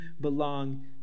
belong